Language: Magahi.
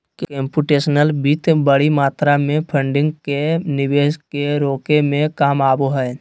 कम्प्यूटेशनल वित्त बडी मात्रा में फंडिंग के निवेश के रोके में काम आबो हइ